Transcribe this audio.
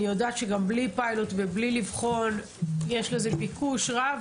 אני יודעת שגם בלי פיילוט ובלי לבחון יש לזה ביקוש רב,